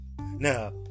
Now